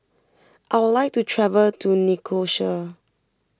I would like to travel to Nicosia